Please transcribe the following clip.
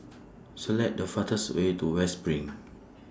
Select The fastest Way to West SPRING